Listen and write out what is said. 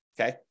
okay